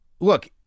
Look